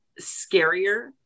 scarier